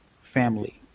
family